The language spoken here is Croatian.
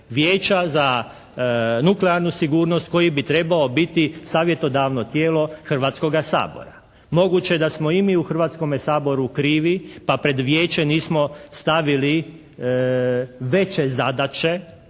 Vijeća za nuklearnu sigurnost koji bi trebao biti savjetodavno tijelo Hrvatskoga sabora. Moguće je da smo i mi u Hrvatskome saboru krivi, pa pred Vijeće nismo stavili veće zadaće